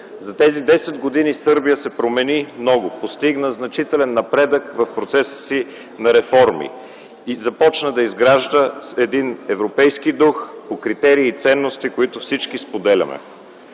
За тези 10 години Сърбия се промени много, постигна значителен напредък в процеса си на реформи и започна да изгражда европейски дух по критерии и ценности, които всички споделяме.